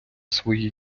свої